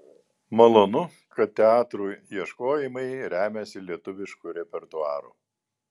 malonu kad teatrų ieškojimai remiasi lietuvišku repertuaru